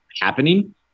happening